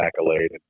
accolade